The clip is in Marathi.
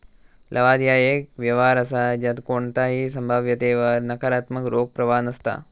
लवाद ह्या एक व्यवहार असा ज्यात कोणताही संभाव्यतेवर नकारात्मक रोख प्रवाह नसता